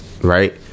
right